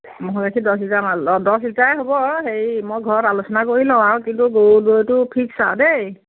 ম'হৰ গাখীৰ দছ লিটাৰমান দহ লিটাৰে হ'ব হেৰি মই ঘৰত আলোচনা কৰি লওঁ আৰু কিন্তু গৰুৰ দৈটো ফিক্স আৰু দেই